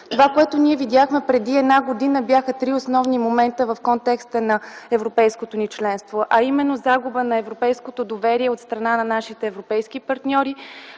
Това, което ние видяхме преди една година бяха три основни момента в контекста на европейското ни членство, а именно – загуба на европейското доверие от страна на нашите европейски партньори,